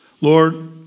Lord